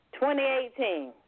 2018